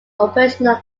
operational